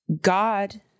God